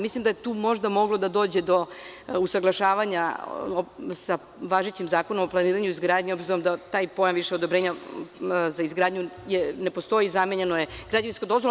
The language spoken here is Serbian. Mislim da bi tu moglo možda da dođe do usaglašavanja sa važećim Zakonom o planiranju izgradnji, s obzirom da pojam odobrenja za izgradnju ne postoji, zamenjen je građevinskom dozvolom.